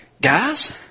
Guys